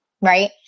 right